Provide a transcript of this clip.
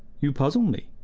you puzzle me.